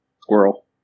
Squirrel